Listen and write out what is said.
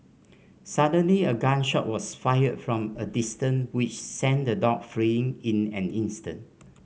suddenly a gun shot was fired from a distance which sent the dog fleeing in an instant